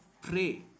Pray